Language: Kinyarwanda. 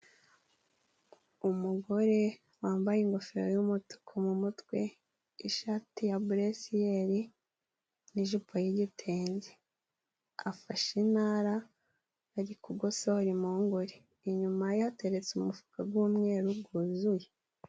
Umugore wambaye ingofero y'umutuku mu mutwe, ishati ya bresiyeri n'ijipo y'igitenge, afashe intara, ari kugosora impungure, inyuma ye hateretse umufuka w'umweru wuzuye.